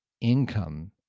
income